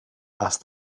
asked